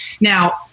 Now